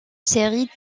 séries